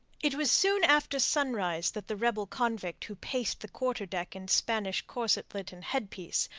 it was soon after sunrise that the rebel-convict who paced the quarter-deck in spanish corselet and headpiece,